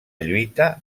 lluita